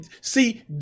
See